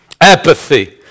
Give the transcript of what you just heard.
Apathy